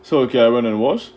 so okay I went and wash